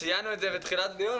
ציינו את זה בתחילת הדיון,